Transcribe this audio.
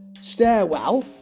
stairwell